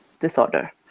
disorder